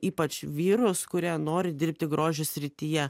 ypač vyrus kurie nori dirbti grožio srityje